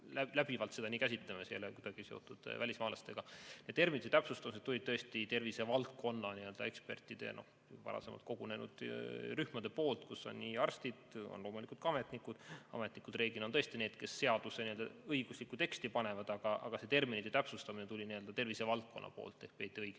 läbivalt seda nii käsitleme, see ei ole kuidagi seotud välismaalastega. Terminite täpsustused tulid tõesti tervishoiu valdkonna ekspertidelt ja varasemalt kogunenud rühmadelt, kus olid arstid ja loomulikult ka ametnikud. Ametnikud on reeglina tõesti need, kes seaduse õigusliku teksti kokku panevad, aga see terminite täpsustamine tuli tervishoiu valdkonna poolt. Ehk peeti õigeks,